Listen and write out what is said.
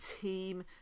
team